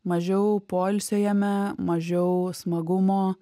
mažiau poilsio jame mažiau smagumo